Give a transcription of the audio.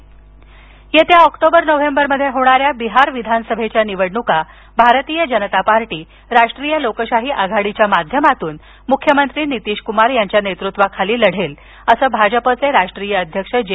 जे पी नड्डा येत्या ऑक्टोबर नोव्हेंबरमध्ये होणाऱ्या बिहार विधानसभेच्या निवडणुका भारतीय जनता पार्टी राष्ट्रीय लोकशाही आघाडीच्या माध्यमातून मुख्यमंत्री नितीश कुमार यांच्या नेतृत्वाखाली लढेल असं भाजपचे राष्ट्रीय अध्यक्ष जे